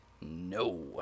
No